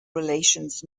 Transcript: relations